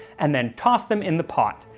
and then toss them in the pot.